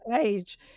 age